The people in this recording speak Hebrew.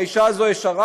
שהאישה הזו ישרה.